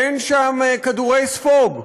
אין שם כדורי ספוג.